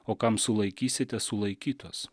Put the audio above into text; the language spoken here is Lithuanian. o kam sulaikysite sulaikytos